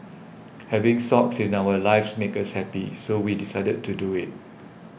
having Socks in our lives makes us happy so we decided to do it